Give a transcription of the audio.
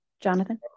Jonathan